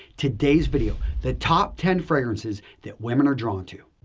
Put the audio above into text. today's video, the top ten fragrances that women are drawn to.